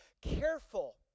careful